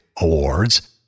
Awards